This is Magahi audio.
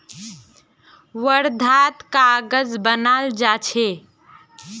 वर्धात कागज बनाल जा छे